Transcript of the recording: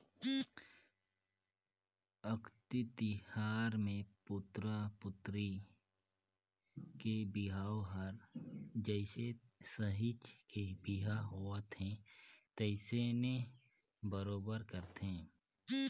अक्ती तिहार मे पुतरा पुतरी के बिहाव हर जइसे सहिंच के बिहा होवथे तइसने बरोबर करथे